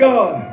God